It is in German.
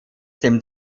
dem